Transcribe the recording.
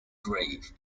grave